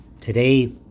Today